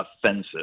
offensive